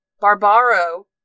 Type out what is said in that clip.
Barbaro